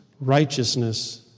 righteousness